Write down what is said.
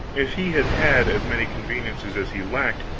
if he had had as many conveniences as he lacked,